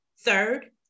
Third